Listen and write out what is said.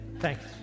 Thanks